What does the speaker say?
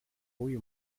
w’uyu